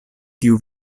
tiu